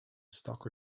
stock